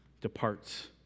departs